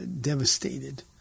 devastated